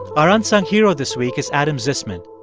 our unsung hero this week is adam zissman.